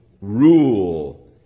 rule